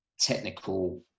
technical